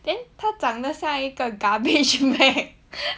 then 他长像一个 garbage bag